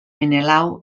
menelau